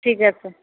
ঠিক আছে